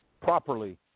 properly –